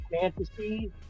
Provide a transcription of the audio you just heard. fantasy